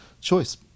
Choice